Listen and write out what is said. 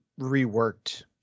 reworked